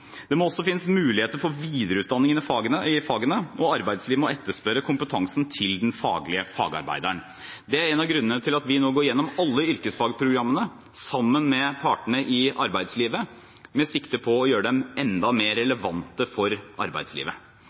Det må også finnes muligheter for videreutdanning i fagene, og arbeidslivet må etterspørre kompetansen til fagarbeideren. Det er en av grunnene til at vi nå går gjennom alle yrkesfagprogrammene sammen med partene i arbeidslivet, med sikte på å gjøre dem enda mer relevante for arbeidslivet.